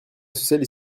sociales